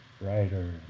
writer